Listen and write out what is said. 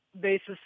basis